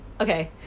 okay